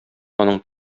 аның